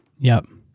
yup.